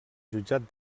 jutjat